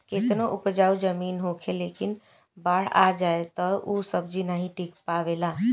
केतनो उपजाऊ जमीन होखे लेकिन बाढ़ आ जाए तअ ऊ सब्जी नाइ टिक पावेला